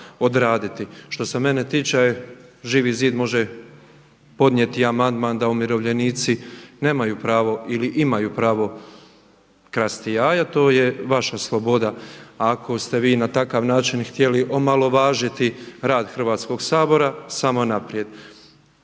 Što se mene tiče Živi zid može podnijeti amandman da umirovljenici nemaju pravo ili imaju pravo krasti jaja, to je vaša sloboda, ako ste vi na takav način htjeli omalovažiti rad Hrvatskog sabora, samo naprijed.